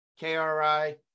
KRI